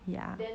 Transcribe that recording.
ya